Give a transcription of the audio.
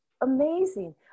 amazing